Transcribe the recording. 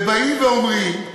ובאים ואומרים: